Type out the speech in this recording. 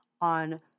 on